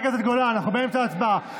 חברת הכנסת גולן, אנחנו באמצע ההצבעה.